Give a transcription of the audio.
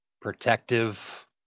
Protective